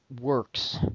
works